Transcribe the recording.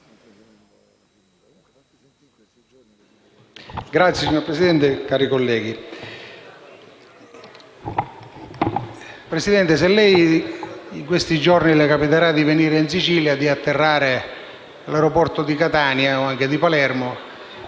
Signor Presidente, se in questi giorni le capiterà di venire in Sicilia e di atterrare all'aeroporto di Catania o anche di Palermo,